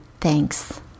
Thanks